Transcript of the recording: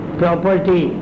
property